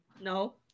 No